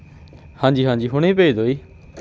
ਹਾਂਜੀ ਹਾਂਜੀ ਹੁਣੇ ਭੇਜ ਦਿਉ ਜੀ